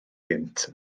gynt